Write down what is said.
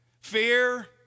Fear